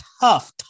tough